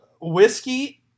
whiskey